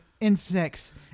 insects